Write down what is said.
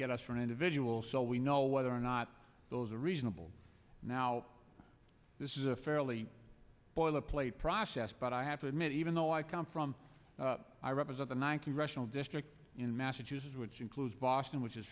get us for an individual so we know whether or not those are reasonable now this is a fairly boilerplate process but i have to admit even though i come from i represent the one congressional district in massachusetts which includes boston which is